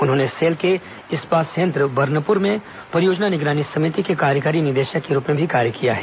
उन्होंने सेल के इस्पात संयंत्र बर्नपुर में परियोजना निगरानी समिति के कार्यकारी निदेशक के रूप में भी कार्य किया है